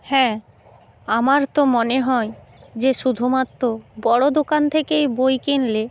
হ্যাঁ আমার তো মনে হয় যে শুধুমাত্র বড়ো দোকান থেকেই বই কিনলে